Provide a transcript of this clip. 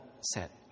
set